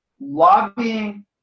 lobbying